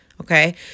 Okay